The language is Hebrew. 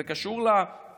זה קשור לתקנים,